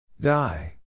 Die